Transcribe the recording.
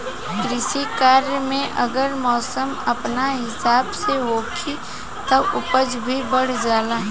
कृषि कार्य में अगर मौसम अपना हिसाब से होखी तब उपज भी बढ़ जाला